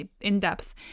in-depth